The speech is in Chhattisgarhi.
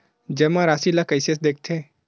जमा राशि ला कइसे देखथे?